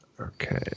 Okay